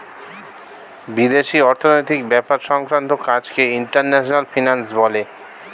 বিদেশি অর্থনৈতিক ব্যাপার সংক্রান্ত কাজকে ইন্টারন্যাশনাল ফিন্যান্স বলে